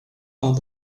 are